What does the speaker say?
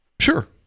Sure